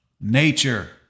nature